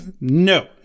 No